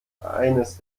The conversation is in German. eines